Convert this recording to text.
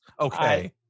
Okay